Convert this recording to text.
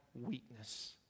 weakness